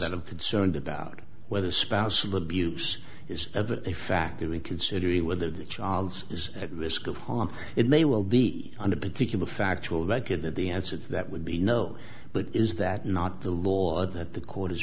that i'm concerned about whether spousal abuse is ever a factor in considering whether the child's is at risk of harm it may well be under particular factual record that the answer to that would be no but is that not the law that the court is